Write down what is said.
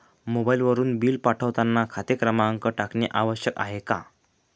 मोबाईलवरून बिल पाठवताना खाते क्रमांक टाकणे आवश्यक आहे का?